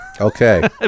Okay